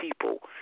people